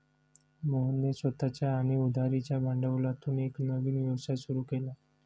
मोहनने स्वतःच्या आणि उधारीच्या भांडवलातून एक नवीन व्यवसाय सुरू केला